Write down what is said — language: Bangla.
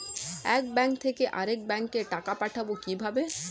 এক ব্যাংক থেকে আরেক ব্যাংকে টাকা পাঠাবো কিভাবে?